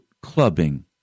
clubbing